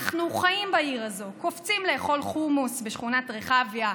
אנחנו חיים בעיר הזאת: קופצים לאכול חומוס בשכונת רחביה,